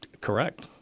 correct